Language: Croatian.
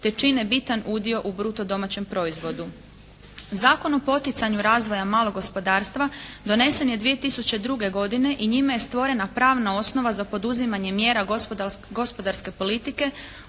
te čine bitan udio u bruto domaćem proizvodu. Zakon o poticanju razvoja malog gospodarstva donesen je 2002. godine i njime je stvorena pravna osnova za poduzimanje mjera gospodarske politike